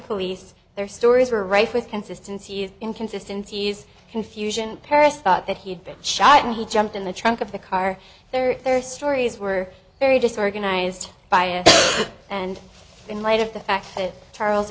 police their stories were rife with consistency is inconsistency is confusion paris thought that he had been shot and he jumped in the trunk of the car their stories were very disorganized biased and in light of the fact that charles